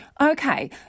Okay